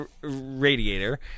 radiator